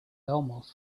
almost